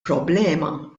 problema